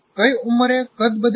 કઈ ઉંમરે કદ બદલાશે